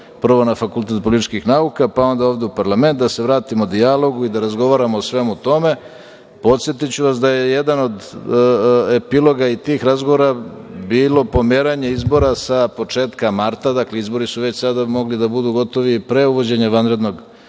prvo na Fakultet političkih nauka, pa onda ovde u parlament, da se vratimo dijalogu i da razgovaramo o svemu tome, podsetiću vas da je jedan od epiloga i tih razgovora bilo pomeranje izbora sa početka marta, dakle, izbori su već sada mogli da budu gotovi i pre uvođenja vanrednog stanja